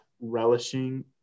relishing